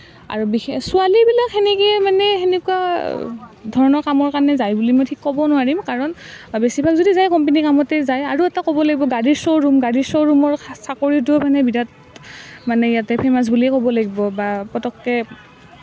আৰু বিশেষ ছোৱালীবিলাক সেনেকৈ মানে সেনেকুৱা ধৰণৰ কামৰ কাৰণে যায় বুলি মই ক'ব নোৱাৰিম কাৰণ বেছিভাগ যদি যায় কম্পেনীৰ কামতে যায় আৰু এটা ক'ব লাগিব গাড়ীৰ শ্ব' ৰুম গড়ীৰ শ্ব'ৰুমৰ চাকৰিটোৰ কাৰণে বিৰাট মানে ইয়াতে ফেমাছ বুলিয়েই ক'ব লাগিব বা পততকৈ